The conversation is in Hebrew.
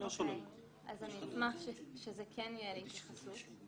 אז אני אשמח שזה כן יהיה להתייחסות.